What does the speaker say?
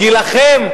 כי לכם,